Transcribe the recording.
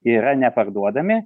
yra neparduodami